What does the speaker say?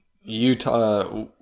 Utah